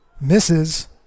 misses